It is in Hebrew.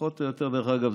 שפחות או יותר זה גזור-הדבק.